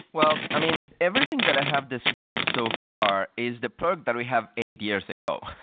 well, i mean, everything that i have described so far is the perk that we have eight years ago.